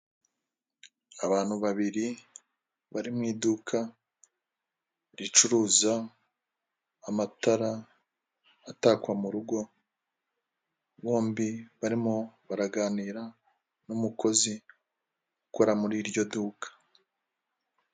Abantu babiri bari mu iduka ricuruza amatara atakwa mu rugo, bombi barimo baraganira n'umukozi ukora muri iryo duka.